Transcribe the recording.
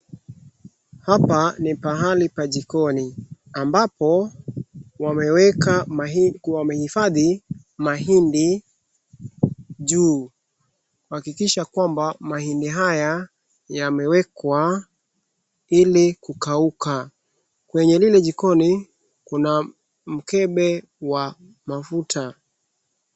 Hapa ni pahali pa jikoni ambapo wameka mahindi, wamehifadhi mahindi juu ,kuhakikisha kwamba mahindi haya yameekwa ili kukauka. Kwenye lile jikoni kuna mkembe wa mafuta.